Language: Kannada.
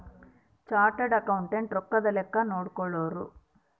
ಚಾರ್ಟರ್ಡ್ ಅಕೌಂಟೆಂಟ್ ರೊಕ್ಕದ್ ಲೆಕ್ಕ ನೋಡ್ಕೊಳೋರು